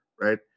right